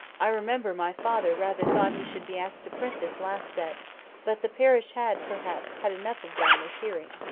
i remember my father rather thought he should be asked to print this last set but the parish had, perhaps, had enough of them with hearing.